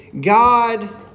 God